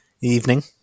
Evening